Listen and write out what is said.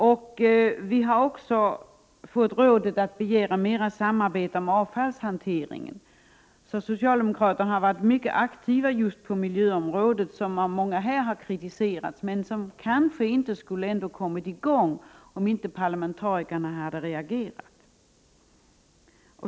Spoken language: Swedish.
Vi har också fått rådet att begära mer samarbete om avfallshanteringen. Socialdemokraterna har varit mycket aktiva just på miljöområdet, som har kritiserats av många här. Kanske skulle inget ha kommit i gång om inte parlamentarikerna hade reagerat.